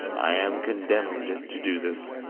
i am condemned to do this,